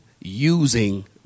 using